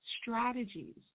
strategies